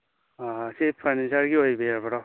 ꯁꯤ ꯐꯔꯅꯤꯆꯔꯒꯤ ꯑꯣꯏꯕꯤꯔꯕ꯭ꯔꯣ